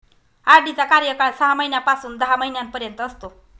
RD चा कार्यकाळ सहा महिन्यापासून दहा महिन्यांपर्यंत असतो